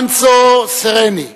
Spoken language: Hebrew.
אנצו סרני,